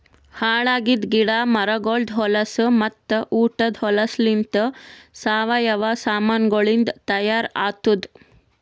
ಹಾಳ್ ಆಗಿದ್ ಗಿಡ ಮರಗೊಳ್ದು ಹೊಲಸು ಮತ್ತ ಉಟದ್ ಹೊಲಸುಲಿಂತ್ ಸಾವಯವ ಸಾಮಾನಗೊಳಿಂದ್ ತೈಯಾರ್ ಆತ್ತುದ್